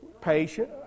patient